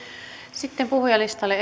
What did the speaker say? sitten puhujalistalle